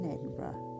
Edinburgh